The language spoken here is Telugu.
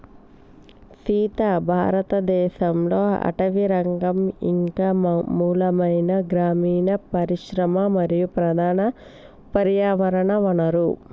సీత భారతదేసంలో అటవీరంగం ఇంక మూలమైన గ్రామీన పరిశ్రమ మరియు ప్రధాన పర్యావరణ వనరు